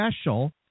special